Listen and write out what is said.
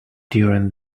during